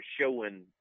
showing